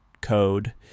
code